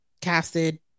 casted